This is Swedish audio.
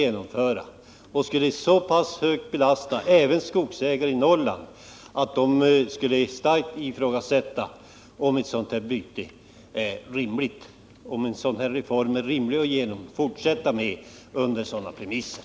Det skulle belasta även skogsägare i Norrland så mycket att de starkt skulle ifrågasätta om det är rimligt att genomföra en sådan ”reform” under sådana premisser.